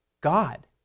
God